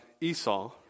Esau